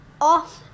off